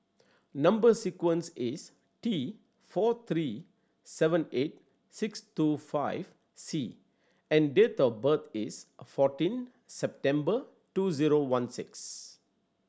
number sequence is T four three seven eight six two five C and date of birth is fourteen September two zero one six